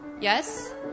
Yes